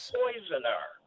poisoner